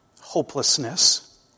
Hopelessness